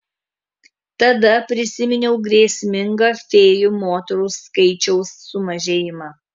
tada prisiminiau grėsmingą fėjų moterų skaičiaus sumažėjimą